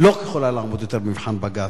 לא יכולה לעמוד יותר במבחן בג"ץ.